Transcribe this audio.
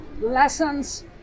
lessons